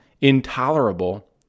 intolerable